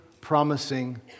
promising